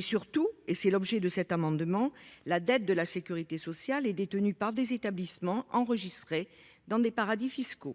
Surtout, et c’est l’objet de cet amendement, la dette de la sécurité sociale est détenue par des établissements enregistrés dans des paradis fiscaux.